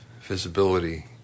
visibility